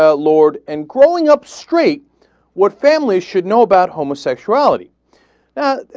ah lord and crawling up straight what family should know about homosexuality ah.